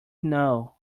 know